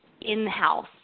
in-house